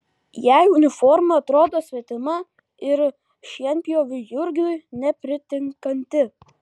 jai uniforma atrodo svetima ir šienpjoviui jurgiui nepritinkanti